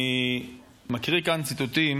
אני מקריא כאן ציטוטים